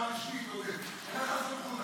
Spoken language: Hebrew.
ההצעה להעביר את הנושא לוועדה שתקבע ועדת הכנסת נתקבלה.